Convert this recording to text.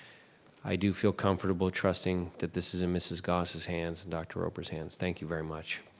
i do feel comfortable trusting that this is mrs. goss's hands and dr. roper's hands, thank you very much.